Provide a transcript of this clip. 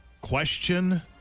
Question